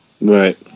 Right